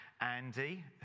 Andy